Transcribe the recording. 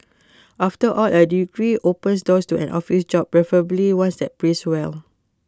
after all A degree opens doors to an office job preferably one that pays well